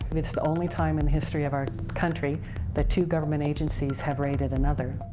it's the only time in the history of our country that two government agencies have raided another.